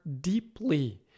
deeply